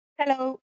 hello